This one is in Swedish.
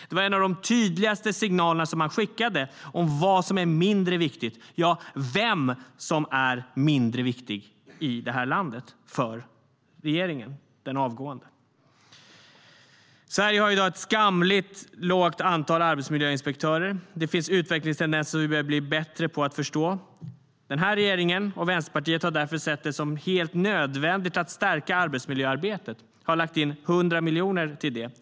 Det var en av de tydligaste signalerna som man skickade om vad som är mindre viktigt, ja, vem som är mindre viktig i det här landet, för den avgångna regeringen. Sverige har i dag ett skamligt lågt antal arbetsmiljöinspektörer. Det finns utvecklingstendenser som vi behöver bli bättre på att förstå. Den här regeringen och Vänsterpartiet har därför sett det som helt nödvändigt att stärka arbetsmiljöarbetet och har lagt in 100 miljoner till det.